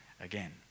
again